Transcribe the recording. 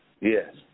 Yes